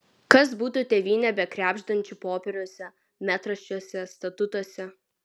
kas būtų tėvynė be krebždančių popieriuose metraščiuose statutuose